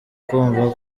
kumva